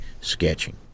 sketching